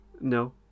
No